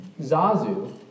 Zazu